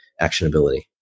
actionability